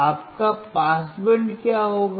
आपका पास बैंड क्या होगा